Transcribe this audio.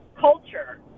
culture